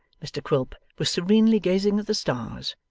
mr quilp was serenely gazing at the stars,